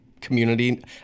community